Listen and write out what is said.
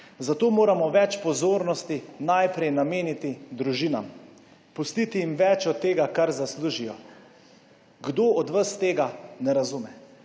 Zato moramo več pozornosti najprej nameniti družinam, pustiti jim več tega, kar zaslužijo. Kdo od vas tega ne razume?